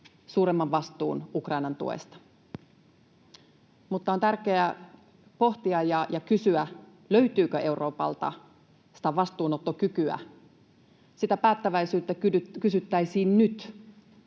suuremman vastuun Ukrainan tuesta. Mutta on tärkeää pohtia ja kysyä, löytyykö Euroopalta sitä vastuunottokykyä. Sitä päättäväisyyttä kysyttäisiin nyt.